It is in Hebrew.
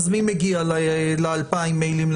אז מי עובר על 2,000 מיילים,